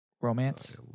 Romance